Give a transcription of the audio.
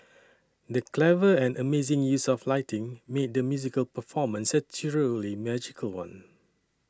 the clever and amazing use of lighting made the musical performance a rudely magical one